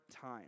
time